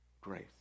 grace